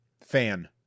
fan